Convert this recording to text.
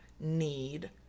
need